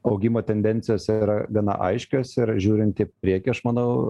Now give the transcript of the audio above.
augimo tendencijos yra gana aiškios ir žiūrinti į priekį aš manau